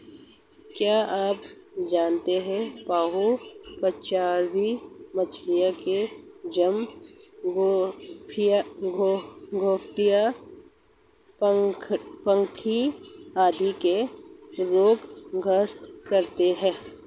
क्या आप जानते है बाह्य परजीवी मछली के चर्म, गलफड़ों, पंखों आदि को रोग ग्रस्त करते हैं?